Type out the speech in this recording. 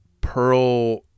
Pearl